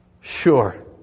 sure